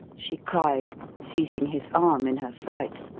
she cried, seizing his arm in her fright,